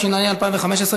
התשע"ה 2015,